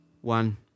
One